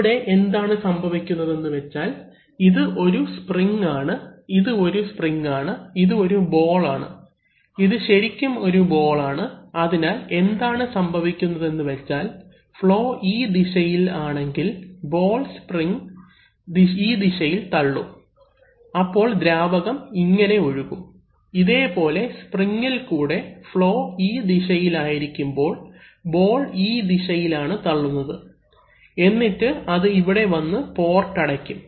ഇവിടെ എന്താണ് സംഭവിക്കുന്നത് എന്ന് വെച്ചാൽ ഇത് ഒരു സ്പ്രിങ് ആണ് ഇത് ഒരു സ്പ്രിങ് ആണ് ഇത് ഒരു ബോൾ ആണ് ഇത് ശരിക്കും ഒരു ബോൾ ആണ് അതിനാൽ എന്താണ് സംഭവിക്കുന്നത് എന്ന് വെച്ചാൽ ഫ്ളോ ഈ ദിശയിൽ ആണെങ്കിൽ ബോൾ സ്പ്രിംഗ് ദിശയിൽ തള്ളും അപ്പോൾ ദ്രാവകം ഇങ്ങനെ ഒഴുകും ഇതേപോലെ സ്പ്രിങ്ങിൽ കൂടെ ഫ്ളോ ഈ ദിശയിൽ ആയിരിക്കുമ്പോൾ ബോൾ ഈ ദിശയിൽ ആണ് തള്ളുന്നത് എന്നിട്ട് അത് ഇവിടെ വന്നു പോർട്ട് അടയ്ക്കും